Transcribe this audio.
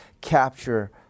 capture